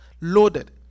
loaded